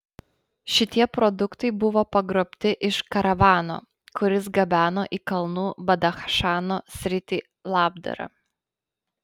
šitie produktai buvo pagrobti iš karavano kuris gabeno į kalnų badachšano sritį labdarą